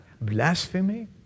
blasphemy